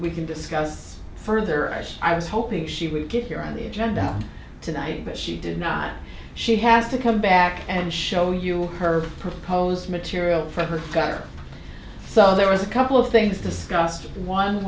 we can discuss further as i was hoping she would get here on the agenda tonight but she did not she has to come back and show you her proposed material for her so there was a couple of things discussed one